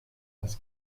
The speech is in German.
das